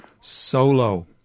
solo